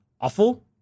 awful